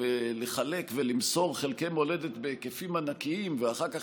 ולחלק ולמסור חלקי מולדת בהיקפים ענקיים ואחר כך